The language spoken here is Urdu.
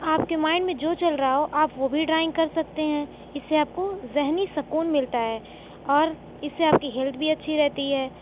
آپ کے مائنڈ میں جو چل رہا ہو آپ وہ بھی ڈرائنگ کر سکتے ہیں اس سے آپ کو ذہنی سکون ملتا ہے اور اس سے آپ کی ہیلتھ بھی اچھی رہتی ہے